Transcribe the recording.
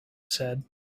said